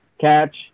catch